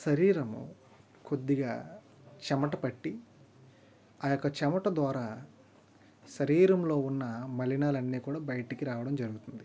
శరీరము కొద్దిగా చెమట పట్టి ఆ యొక్క చెమట ద్వారా శరీరంలో ఉన్న మలినాలు అన్నీ కూడా బయటికి రావడం జరుగుతుంది